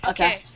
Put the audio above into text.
Okay